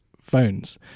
phones